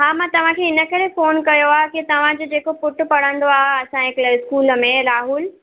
हा मां तव्हांखे हिन करे फ़ोन कयो आहे की तव्हांजो जो जेको पुटु पढ़ंदो आहे असाजे क्ले स्कूल में राहुल